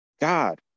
God